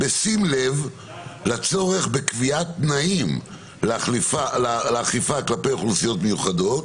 "בשים לב לצורך בקביעת תנאים לאכיפה כלפי אוכלוסיות מיוחדות,